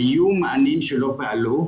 היו מענים שלא פעלו.